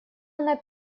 она